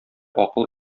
акыл